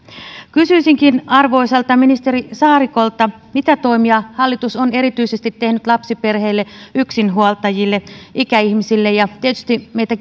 kysyisinkin arvoisalta ministeri saarikolta mitä toimia hallitus on tehnyt erityisesti lapsiperheille yksinhuoltajille ikäihmisille ja tietysti meitä